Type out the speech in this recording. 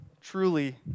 truly